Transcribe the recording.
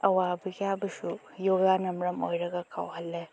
ꯑꯋꯥꯕ ꯀꯌꯥꯕꯨꯁꯨ ꯌꯣꯒꯥꯅ ꯃꯔꯝ ꯑꯣꯏꯔꯒ ꯀꯥꯎꯍꯜꯂꯦ